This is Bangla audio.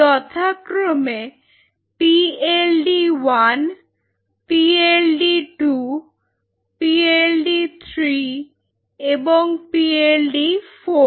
যথাক্রমে PLD1 PLD2 PLD3 এবং PLD4